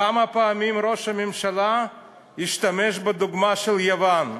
כמה פעמים ראש הממשלה השתמש בדוגמה של יוון?